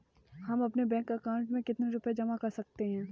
हम अपने bank account में कितने रुपये जमा कर सकते हैं?